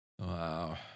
Wow